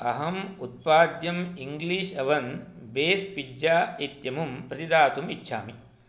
अहम् उत्पाद्यम् English oven base pizza इत्यमुं प्रतिदातुम् इच्छामि